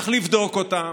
צריך לבדוק אותם.